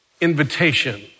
invitation